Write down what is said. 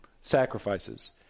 sacrifices